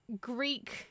Greek